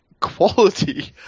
quality